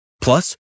Plus